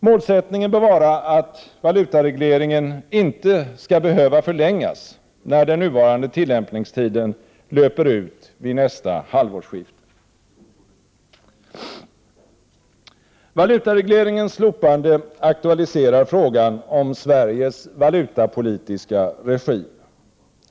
Målsättningen bör vara att valutaregleringen inte skall behöva förlängas när den nuvarande tillämpningstiden löper ut vid nästa halvårsskifte. Valutaregleringens slopande aktualiserar frågan om Sveriges valutapolitiska regim.